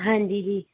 ਹਾਂਜੀ ਜੀ